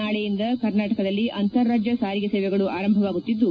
ನಾಳೆಯಿಂದ ಕರ್ನಾಟಕದಲ್ಲಿ ಅಂತಾರಾಜ್ಯ ಸಾರಿಗೆ ಸೇವೆಗಳು ಆರಂಭವಾಗುತ್ತಿದ್ದು